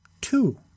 Two